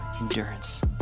endurance